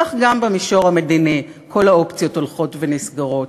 כך גם במישור המדיני, כל האופציות הולכות ונסגרות.